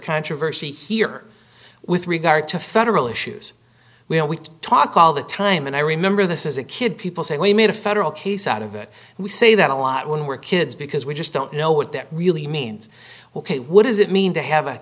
controversy here with regard to federal issues we talk all the time and i remember this is a kid people saying we made a federal case out of it and we say that a lot when we're kids because we just don't know what that really means what does it mean to have a